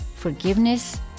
Forgiveness